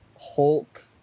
Hulk